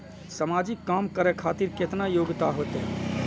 समाजिक काम करें खातिर केतना योग्यता होते?